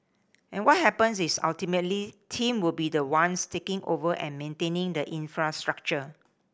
and what happens is ultimately team will be the ones taking over and maintaining the infrastructure